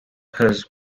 his